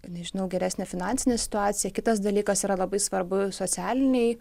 nežinau geresnė finansinė situacija kitas dalykas yra labai svarbu socialiniai